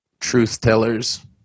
truth-tellers